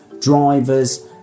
drivers